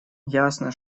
ясно